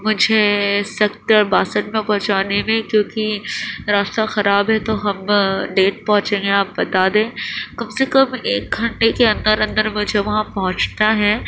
مجھے سیکٹر باسٹھ میں پہنچانے میں کیونکہ راستہ خراب ہے تو ہم لیٹ پہنچیں گے آپ بتا دیں کم سے کم ایک گھنٹے کے اندر اندر مجھے وہاں پہنچنا ہے